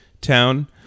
Town